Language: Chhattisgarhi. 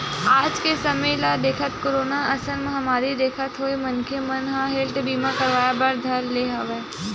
आज के समे ल देखत, कोरोना असन महामारी देखत होय मनखे मन ह हेल्थ बीमा करवाय बर धर ले हवय